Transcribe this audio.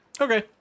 Okay